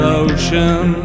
ocean